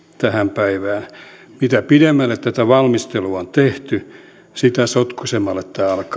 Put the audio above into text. tähän päivään mitä pidemmälle tätä valmistelua on tehty sitä sotkuisemmalle tämä alkaa näyttää